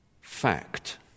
Fact